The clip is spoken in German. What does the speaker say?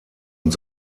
und